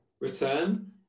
return